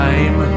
Time